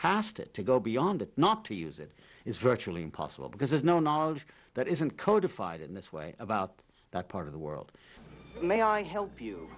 past it to go beyond it not to use it is virtually impossible because there's no knowledge that isn't codify it in this way about that part of the world may i help you